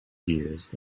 used